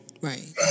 Right